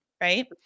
right